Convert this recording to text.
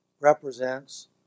represents